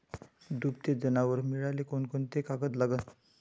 दुभते जनावरं मिळाले कोनकोनचे कागद लागन?